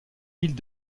villes